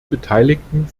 beteiligten